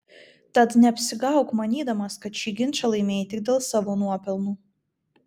tad neapsigauk manydamas kad šį ginčą laimėjai tik dėl savo nuopelnų